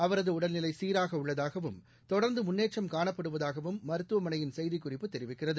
அவரதுஉடல்நிலைசீராகஉள்ளதாகவும் தொடர்ந்துமுன்னேற்றம் காணப்படுவதாகவும் மருத்துவனையின் செய்திக்குறிப்பு தெரிவிக்கிறது